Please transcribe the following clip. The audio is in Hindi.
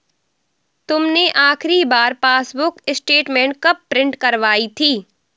तुमने आखिरी बार पासबुक स्टेटमेंट कब प्रिन्ट करवाई थी?